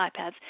iPads